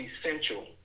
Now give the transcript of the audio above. essential